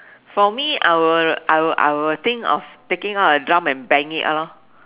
for me I will I will I will think of taking out a drum and bang it lor